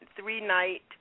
three-night